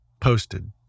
Posted